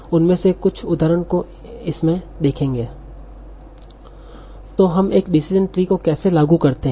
हम उनमें से कुछ उदाहरणों को इसमें देखेंगे तो हम एक डिसीजन ट्री को कैसे लागू करते हैं